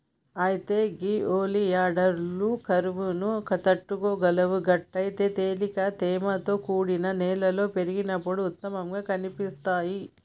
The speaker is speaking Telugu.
అయితే గే ఒలియాండర్లు కరువును తట్టుకోగలవు గట్లయితే తేలికగా తేమతో కూడిన నేలలో పెరిగినప్పుడు ఉత్తమంగా కనిపిస్తాయి